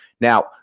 Now